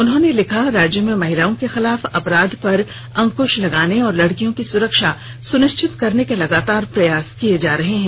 उन्होंने लिखा राज्य में महिलाओं के खिलाफ अपराध पर अंकृश लगाने और लड़कियों की सुरक्षा सुनिश्चित करने के लगातार प्रयास किए जा रहे है